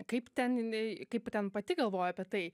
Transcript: kaip ten jinai kaip ten pati galvoja apie tai